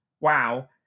wow